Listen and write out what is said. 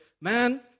man